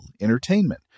entertainment